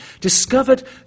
discovered